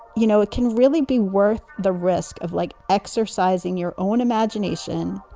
you know, it can really be worth the risk of like exercising your own imagination.